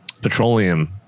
petroleum